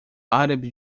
árabe